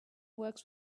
works